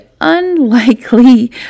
unlikely